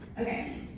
Okay